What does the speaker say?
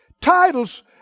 titles